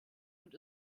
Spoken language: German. und